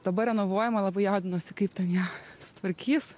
dabar renovuojama labai jaudinuosi kaip ten ją sutvarkys